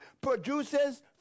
produces